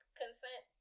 consent